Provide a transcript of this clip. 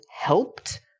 helped